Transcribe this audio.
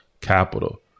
capital